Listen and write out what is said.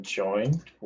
joined